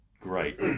great